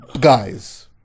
guys